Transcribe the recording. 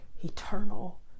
eternal